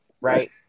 Right